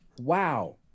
Wow